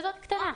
כזאת קטנה.